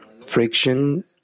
friction